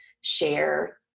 share